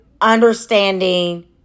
understanding